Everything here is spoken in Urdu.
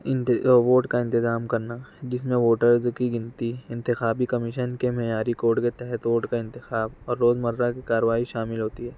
انتے ووٹ کا انتظام کرنا جس میں ووٹرز کی گنتی انتخابی کمیشن کے معیاری کوڈ کے تحت ووٹ کا انتخاب اور روز مرہ کی کاروائی شامل ہوتی ہے